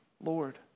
Lord